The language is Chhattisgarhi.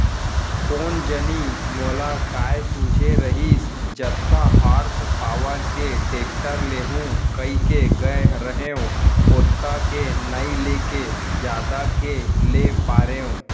कोन जनी मोला काय सूझे रहिस जतका हार्स पॉवर के टेक्टर लेहूँ कइके गए रहेंव ओतका के नइ लेके जादा के ले पारेंव